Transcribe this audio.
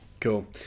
Cool